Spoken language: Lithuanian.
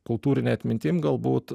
kultūrine atmintim galbūt